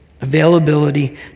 availability